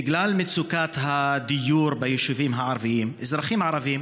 בגלל מצוקת הדיור ביישובים הערביים אזרחים ערבים